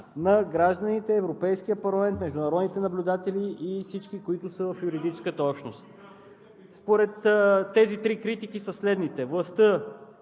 на гражданите, Европейския парламент, международните наблюдатели и всички, които са в юридическата общност. Тези три критики са следните: